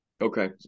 Okay